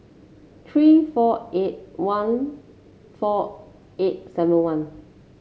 three four eight one four eight seven one